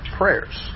prayers